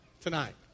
tonight